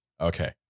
okay